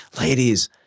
ladies